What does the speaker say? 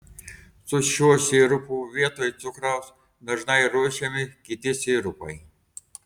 su šiuo sirupu vietoj cukraus dažnai ruošiami kiti sirupai